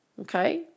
Okay